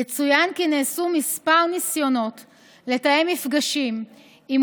יצוין כי נעשו כמה ניסיונות לתאם מפגשים עם